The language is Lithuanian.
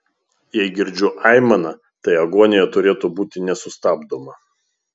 jei girdžiu aimaną tai agonija turėtų būti nesustabdoma